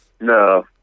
No